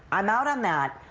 i'm out on that.